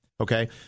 okay